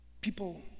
People